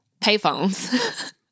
payphones